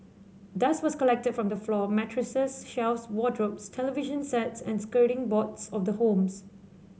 dust was collected from the floor mattresses shelves wardrobes television sets and skirting boards of the homes